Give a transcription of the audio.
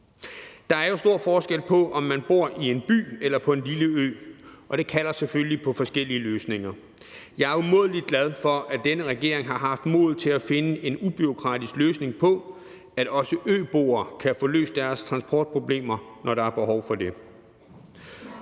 Der er jo stor forskel på, om man bor i en by eller på en lille ø, og det kalder selvfølgelig på forskellige løsninger. Jeg er umådelig glad for, at denne regering har haft mod til at finde en ubureaukratisk løsning på, at også øboere kan få løst deres transportproblemer, når der er behov for det.